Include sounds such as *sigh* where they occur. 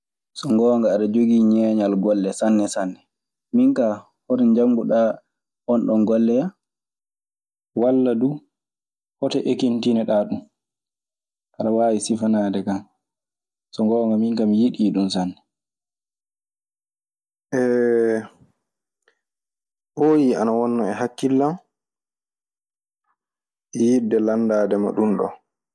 "So ngoonga aɗe jogii ñeeñal golle sanne sanne. Min kaa hoto njannguɗaa oonɗon golle ya? Walla duu hoto ekintiniɗaa ɗun? Aɗe waawi sifanaade kan. So ngoonga, min kaa mi yiɗi ɗun sanne." *hesitation* ɓooyi ana wonno e hakkillam yidde lanndaade ma ɗumɗon.